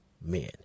men